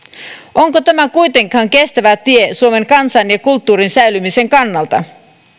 onko tämä kuitenkaan kestävä tie suomen kansan ja kulttuurin säilymisen kannalta